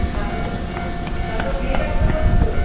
তাহলে তারপর বিয়েটা কবে করছ